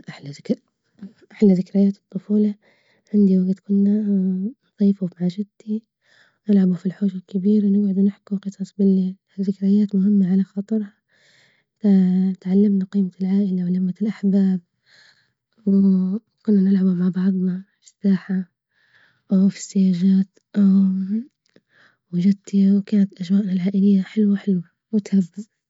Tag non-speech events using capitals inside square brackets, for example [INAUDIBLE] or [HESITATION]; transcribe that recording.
أحلى ذك [HESITATION] أحلى ذكريات الطفولة عندي وجت كنا نصيفوا مع جدي ونلعبوا في الحوش الكبير ونجعدوا نحكوا قصص بليل، ذكريات منمة على خاطرها ت اتعلمنا قيمة العائلة ولمة الأحباب و [HESITATION] كنا نلعبوا مع بعضنا في الساحة أو في السيجات، أو وجدتي وكانت الأجواء العائلية حلوة حلوة وتهبل.